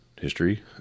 history